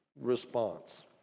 response